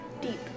deep